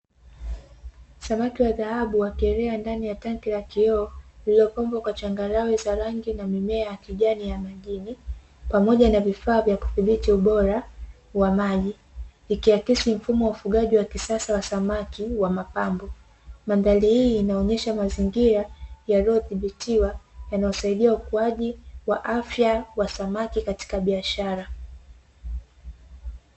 Samaki wa dhahabu wakielea ndani ya tenki la kioo lililopambwa kwa changarawe za rangi na mimea ya kijani ya majini, pamoja na vifaa vya kudhibiti ubora wa maji, ikiakisi mfumo wa ufugaji wa kisasa wa samaki wa mapambo. Mandhari hii inaonyesha mazingira yaliyodhibitiwa, yanasaidia ukuaji wa afya ya samaki katika biashara.